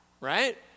Right